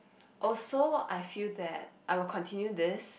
also I feel that I will continue this